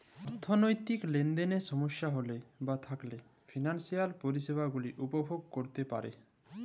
অথ্থলৈতিক লেলদেলে সমস্যা হ্যইলে বা পস্ল থ্যাইকলে ফিলালসিয়াল পরিছেবা গুলা উপভগ ক্যইরতে পার